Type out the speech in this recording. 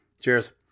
cheers